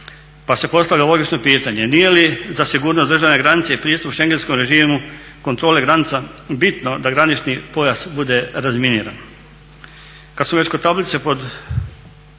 Pa se postavlja logično pitanje nije li za sigurnost državne granice i pristup Šengenskom režimo, kontrole granica bitno da granični pojas bude razminiran?